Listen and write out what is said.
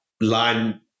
line